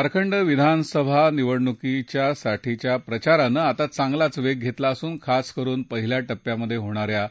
झारखंड विधानसभा निवडणुकांसाठीच्या प्रचाराने आता चांगलाच वेग घेतला असून खास करून पहिल्या टप्प्यात होणाऱ्या